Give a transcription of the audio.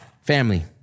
Family